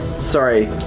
Sorry